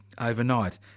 overnight